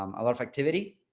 um a lot of activity.